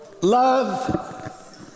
love